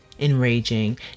Enraging